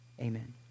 Amen